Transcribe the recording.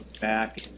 back